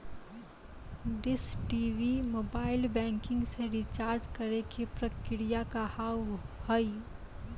Dish TV mobile banking से recharge करे के प्रक्रिया का हाव हई?